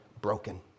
broken